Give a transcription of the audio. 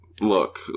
Look